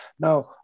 Now